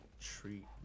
treat